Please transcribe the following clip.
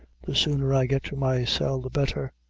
the sooner i get to my cell the better.